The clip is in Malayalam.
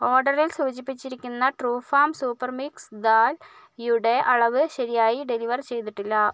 ഓഡറിൽ സൂചിപ്പിച്ചിരിക്കുന്ന ട്രൂ ഫാം സൂപ്പർ മിക്സ് ദാലുടെ അളവ് ശരിയായി ഡെലിവർ ചെയ്തിട്ടില്ല